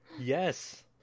Yes